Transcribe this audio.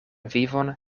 vivon